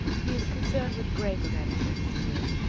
he is concerned with graver matters than his ears.